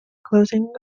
closing